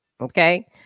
Okay